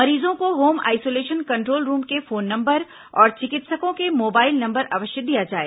मरीजों को home isolation control room के फोन नंबर और चिकित्सकों के मोबाइल नंबर अवश्य दिया जाए